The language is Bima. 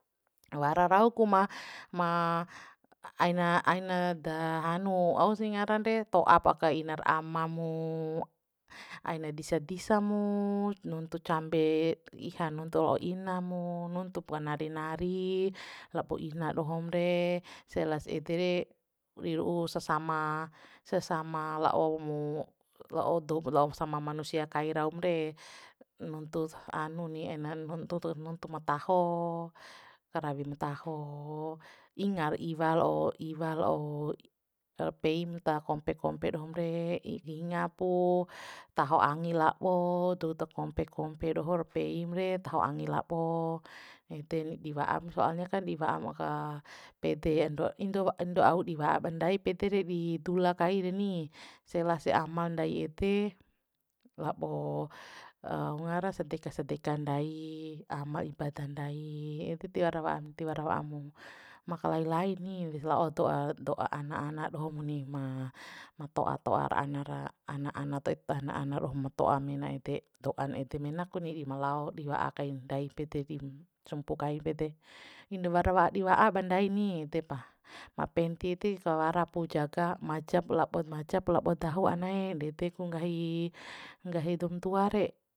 Wara rau ku ma ma aina aina da hanu ausih ngaran re to'ap aka inar ama mu aina disa disa mu nuntu cambe iha nuntu la'o ina mu nuntu pua nari nari labo ina dohom re selas ede re di ru'u sasama sesama la'o mu la'o dou lao sama manusia kai raum re nuntu anu ni aina nuntu tur nuntu ma taho rawi ma taho ingar iwa la'o iwa la'o peim ta kompe kompe dohom re inga pu taho angi labo douta kompe kompe dohor peim re taho angi labo ede ni di wa'am soalnya kan di wa'am aka pede indo au di wa'ap ma ndai pede re di dula kai reni selas amal ndai ede labo au ngara sadeka sadeka ndai amal ibada ndai ede tiwara wa'a tiwara wa'amu makalai lai ni la'o do'a do'a ana ana doho mu ni ma ma to'a to'a ana ra ana ana toit ana ana doho ma to'a mena ede do'an ede mena ku ni di malao di wa'a kai ndai pede di sumpu kain pede indo wara loa di wa'a ba ndai ni ede pa ma penti ede kawara pu jaga majap labo majap labo dahu ana ee ndede ku nggahi nggahi doum tua re